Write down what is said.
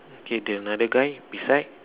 okay the another guy beside